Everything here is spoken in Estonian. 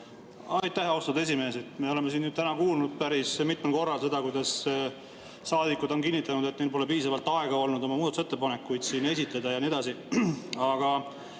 Aitäh, austatud esimees! Me oleme siin täna kuulnud päris mitmel korral seda, kuidas saadikud on kinnitanud, et neil pole piisavalt aega olnud oma muudatusettepanekuid esitleda ja nii edasi.